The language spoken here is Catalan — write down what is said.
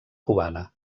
cubana